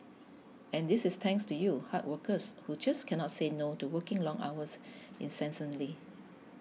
and this is thanks to you hard workers who just cannot say no to working long hours incessantly